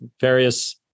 various